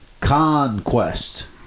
Conquest